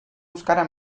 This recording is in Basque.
euskara